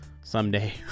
someday